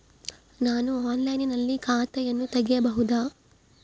ನಾನು ಆನ್ಲೈನಿನಲ್ಲಿ ಖಾತೆಯನ್ನ ತೆಗೆಯಬಹುದಾ?